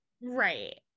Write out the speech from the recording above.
Right